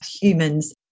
humans